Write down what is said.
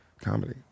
comedy